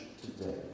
today